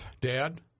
Dad